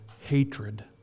hatred